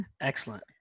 Excellent